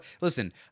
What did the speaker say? Listen